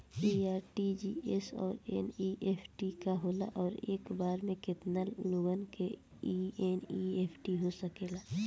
इ आर.टी.जी.एस और एन.ई.एफ.टी का होला और एक बार में केतना लोगन के एन.ई.एफ.टी हो सकेला?